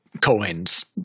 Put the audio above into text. coins